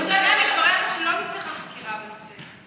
מדבריך שלא נפתחה חקירה בנושא.